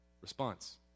Response